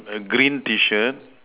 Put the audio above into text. a green T shirt